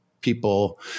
people